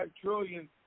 trillion